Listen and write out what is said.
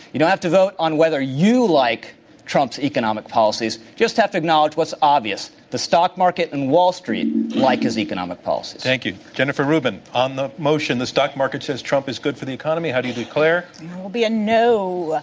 you don't have to vote on whether you like trump's economic policies you just have to acknowledge what's obvious the stock market and wall street like his economic policies. thank you. jennifer rubin, on the motion the stock market says trump is good for the economy, how do you declare? that will be a no.